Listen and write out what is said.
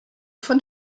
von